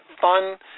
fun